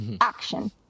action